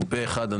התקבל פה אחד.